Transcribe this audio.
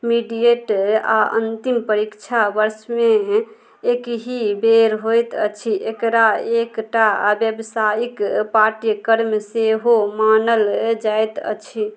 mediate आओर अन्तिम परीक्षा वर्षमे एकहि बेर होइत अछि एकरा एकटा बेवसाइक पाठ्यक्रम सेहो मानल जाइत अछि